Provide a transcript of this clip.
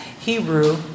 Hebrew